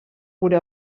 gure